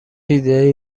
ایدهای